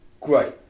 great